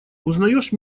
узнаёшь